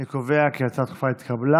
אני קובע כי ההצעה הדחופה התקבלה,